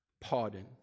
pardon